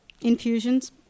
infusions